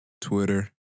Twitter